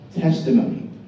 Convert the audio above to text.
testimony